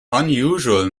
unusual